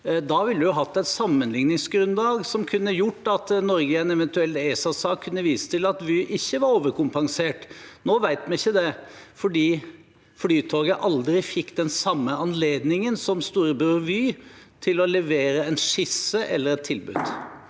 Da ville en jo hatt et sammenligningsgrunnlag som kunne gjort at Norge i en eventuell ESA-sak kunne vist til at Vy ikke var overkompensert. Nå vet vi ikke det, for Flytoget fikk aldri den samme anledningen som storebror Vy til å levere en skisse, eller et tilbud.